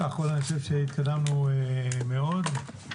אני חושב שהתקדמנו מאוד.